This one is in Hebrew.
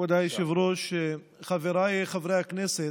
כבוד היושב-ראש, חבריי חברי הכנסת,